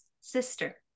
sister